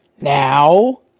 now